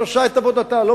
היא עושה את עבודתה,